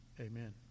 Amen